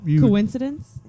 Coincidence